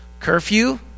Curfew